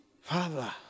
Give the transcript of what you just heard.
father